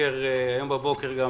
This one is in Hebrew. היום בבוקר גם